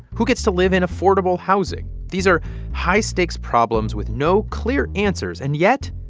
who gets to live in affordable housing? these are high-stakes problems with no clear answers. and yet,